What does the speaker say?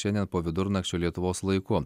šiandien po vidurnakčio lietuvos laiku